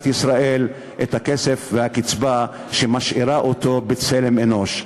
ישראל את הכסף והקצבה שמשאירה אותו בצלם אנוש.